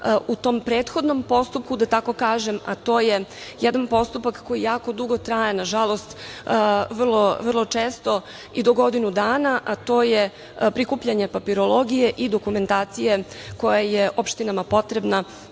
u tom prethodnom postupku, da tako kažem, a to je jedan postupak koji jako dugo traje, nažalost, vrlo često i do godinu dana, a to je prikupljanje papirologije i dokumentacije koja je opštinama potrebna